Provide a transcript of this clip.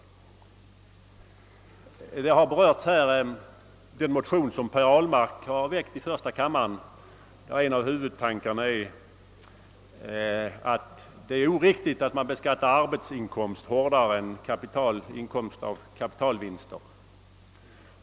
Under diskussionen har man berört motionen i första kammaren av herr Ahlmark, där en av huvudtankarna är att det är oriktigt att arbetsinkomst beskattas hårdare än inkomst genom kapitalvinster.